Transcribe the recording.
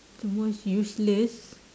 the most useless